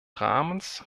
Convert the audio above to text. rahmens